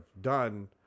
done